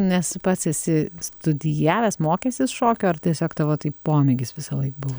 nes pats esi studijavęs mokęsis šokio ar tiesiog tavo tai pomėgis visąlaik buvo